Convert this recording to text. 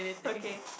okay